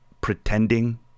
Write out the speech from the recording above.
pretending